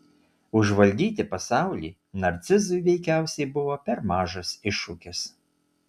užvaldyti pasaulį narcizui veikiausiai buvo per mažas iššūkis